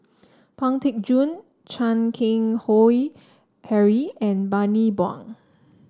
Pang Teck Joon Chan Keng Howe Harry and Bani Buang